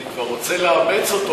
אני כבר רוצה לאמץ אותו,